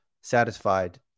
satisfied